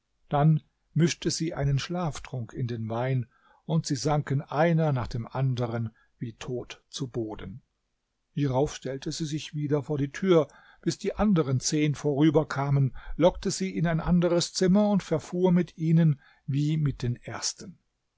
dann mischte sie einen schlaftrunk in den wein und sie sanken einer nach dem anderen wie tot zu boden hierauf stellte sie sich wieder vor die tür bis die anderen zehn vorüberkamen lockte sie in ein anderes zimmer und verfuhr mit ihnen wie mit den ersten